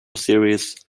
series